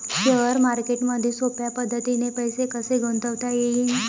Share मार्केटमधी सोप्या पद्धतीने पैसे कसे गुंतवता येईन?